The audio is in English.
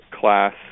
class